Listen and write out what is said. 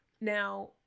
Now